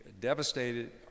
devastated